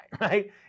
right